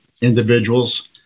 individuals